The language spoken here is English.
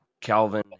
Calvin